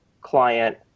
client